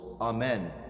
Amen